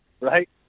right